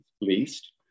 least